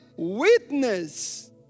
Witness